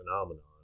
phenomenon